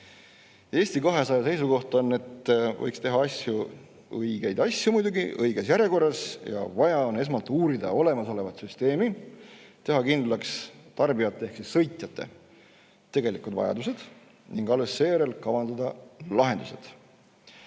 Eesti 200 seisukoht on, et võiks teha asju – õigeid asju muidugi – õiges järjekorras. Vaja on esmalt uurida olemasolevat süsteemi, teha kindlaks tarbijate ehk sõitjate tegelikud vajadused ning alles seejärel kavandada lahendused.